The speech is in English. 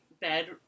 bed